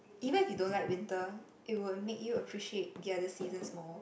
even if you don't like winter it will make you appreciate the other seasons more